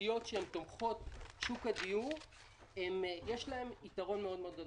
בתשתיות שהן תומכות שוק הדיור יש לה יתרון גדול מאוד.